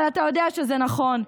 אבל אתה יודע שזה נכון.